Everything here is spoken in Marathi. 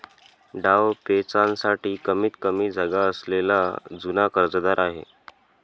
डावपेचांसाठी कमीतकमी जागा असलेला जुना कर्जदार आहे